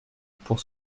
pour